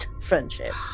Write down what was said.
friendship